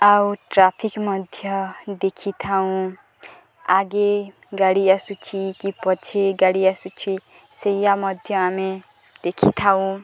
ଆଉ ଟ୍ରାଫିକ୍ ମଧ୍ୟ ଦେଖିଥାଉଁ ଆଗେ ଗାଡ଼ି ଆସୁଛି କି ପଛ ଗାଡ଼ି ଆସୁଛି ସେଇୟା ମଧ୍ୟ ଆମେ ଦେଖିଥାଉ